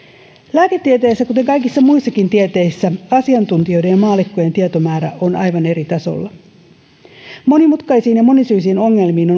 lääketieteessä kuten kaikissa muissakin tieteissä asiantuntijoiden ja maallikkojen tietomäärä on aivan eri tasolla monimutkaisiin ja monisyisiin ongelmiin